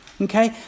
Okay